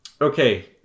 Okay